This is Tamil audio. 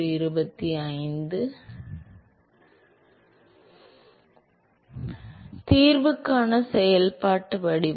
எனவே தீர்வுக்கான செயல்பாட்டு வடிவம்